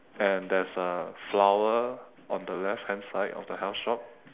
and there's a flower on the left hand side of the health shop